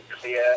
clear